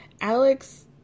alex